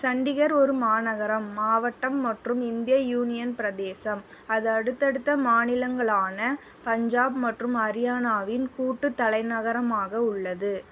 சண்டிகர் ஒரு மாநகரம் மாவட்டம் மற்றும் இந்திய யூனியன் பிரதேசம் அது அடுத்தடுத்த மாநிலங்களான பஞ்சாப் மற்றும் ஹரியானாவின் கூட்டுத் தலைநகரமாக உள்ளது